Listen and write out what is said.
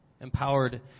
empowered